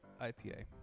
IPA